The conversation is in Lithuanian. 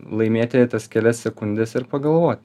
laimėti tas kelias sekundes ir pagalvoti